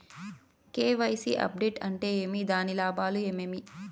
KYC update అంటే ఏమి? దాని లాభాలు ఏమేమి?